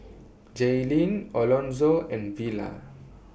Jaylene Alonzo and Vela